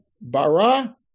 bara